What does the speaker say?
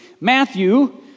Matthew